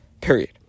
period